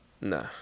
Nah